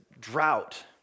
drought